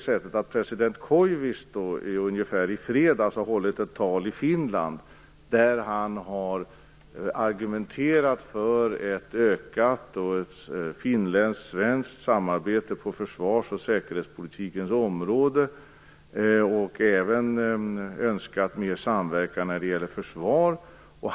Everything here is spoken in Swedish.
Förre presidenten Koivisto har i fredags hållit ett tal i Finland där han har argumenterat för ett ökat finländsk-svenskt samarbete på försvars och säkerhetspolitikens område. Han har även önskat mer samverkan när det gäller försvar.